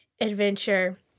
adventure